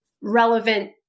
relevant